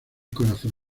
corazón